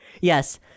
Yes